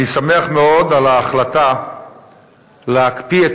אני שמח מאוד על ההחלטה להקפיא את